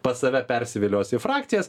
pats save persivilios į frakcijas